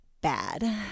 bad